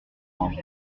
manger